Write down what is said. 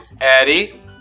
Eddie